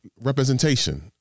representation